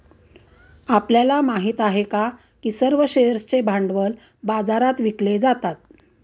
आपल्याला माहित आहे का की सर्व शेअर्सचे भांडवल बाजारात विकले जातात?